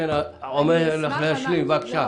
בבקשה.